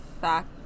fact